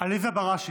עליזה בראשי,